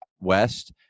West